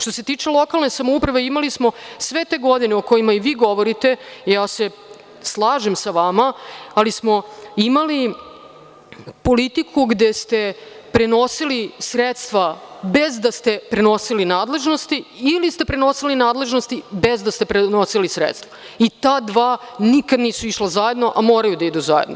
Što se tiče lokalne samouprave, imali smo sve te godine o kojima i vi govorite, slažem se sa vama, ali smo imali politiku gde ste prenosili sredstva bez da ste prenosili nadležnosti ili ste prenosili nadležnosti bez da ste prenosili sredstva i ta dva nikada nisu išla zajedno, a moraju da idu zajedno.